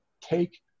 take